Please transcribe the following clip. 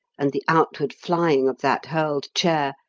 and the outward flying of that hurled chair,